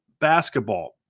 basketball